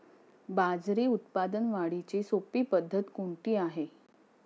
बाजरी उत्पादन वाढीची सोपी पद्धत कोणती आहे?